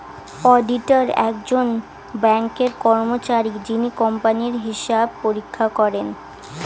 auditor একজন ব্যাঙ্কের কর্মচারী যিনি কোম্পানির হিসাব পরীক্ষা করেন